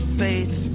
faith